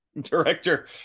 director